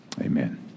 Amen